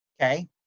Okay